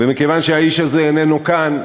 ומכיוון שהאיש הזה איננו כאן,